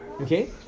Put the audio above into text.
okay